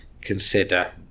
consider